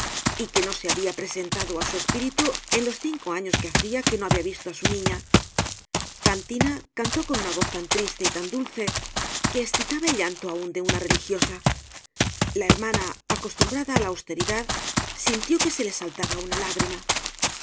y que no se habia presentado á su espíritu en los cinco años que hacia que no habia visto á su niña fantina cantó con una voz tan triste y tan dulce que escitaba el llanto aun de una religiosa la hermana acostumbrada á la austeridad sintió que se le saltaba una lágrima